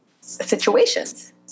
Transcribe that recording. situations